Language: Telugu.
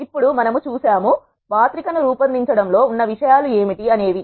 ఇప్పుడు మనము చూసాము మాత్రిక ను రూపొందించడం లో ఉన్న విషయాలు ఏమిటి అనే వి